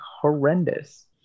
horrendous